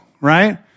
right